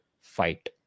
fight